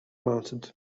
mounted